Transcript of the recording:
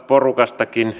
porukasta